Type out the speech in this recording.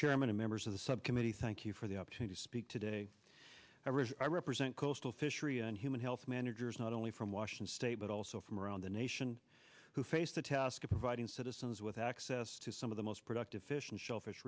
chairman and members of the subcommittee thank you for the opportunity to speak to i represent coastal fishery and human health managers not only from washington state but also from around the nation who face the task of providing citizens with access to some of the most productive fish and shellfish